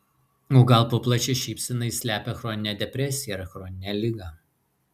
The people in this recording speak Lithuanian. o gal po plačia šypsena ji slepia chroninę depresiją ar chroninę ligą